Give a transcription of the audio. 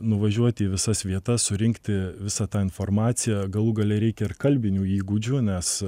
nuvažiuoti į visas vietas surinkti visą tą informaciją galų gale reikia ir kalbinių įgūdžių nes